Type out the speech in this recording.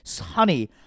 honey